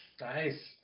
Nice